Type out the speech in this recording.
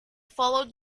followed